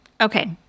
Okay